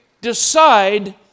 decide